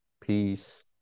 peace